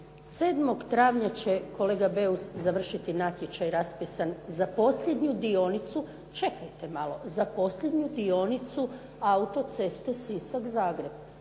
7. travnja će kolega Beus završiti natječaj raspisan za posljednju dionicu, čekajte malo za posljednju dionicu autoceste Sisak-Zagreb.